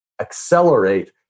accelerate